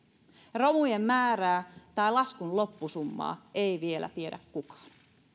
romujen määrää tai laskun loppusummaa ei vielä tiedä kukaan